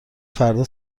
فردا